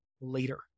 later